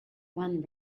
one